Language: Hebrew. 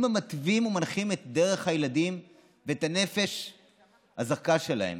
הם המתווים ומנחים את דרך הילדים ואת הנפש הזכה שלהם,